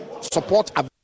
support